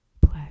Play